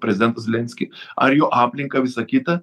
prezidentą zelenskį ar jo aplinką visą kitą